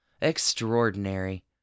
Extraordinary